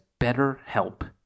BetterHelp